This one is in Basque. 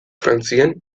frantzian